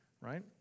right